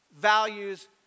values